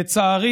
לצערי,